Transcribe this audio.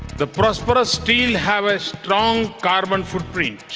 the prosperous still have a strong carbon footprint.